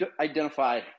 identify